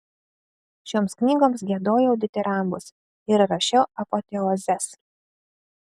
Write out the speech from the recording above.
šioms knygoms giedojau ditirambus ir rašiau apoteozes